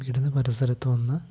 വീടിനു പരിസരത്തുനിന്ന്